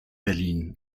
berlin